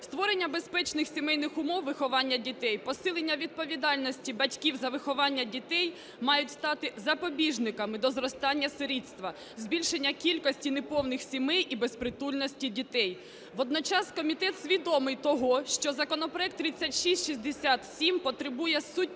Створення безпечних сімейних умов виховання дітей, посилення відповідальності батьків за виховання дітей мають стати запобіжниками до зростання сирітства, збільшення кількості неповних сімей і безпритульності дітей. Водночас комітет свідомий того, що законопроект 3667 потребує суттєвого